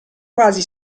quasi